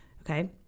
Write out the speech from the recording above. Okay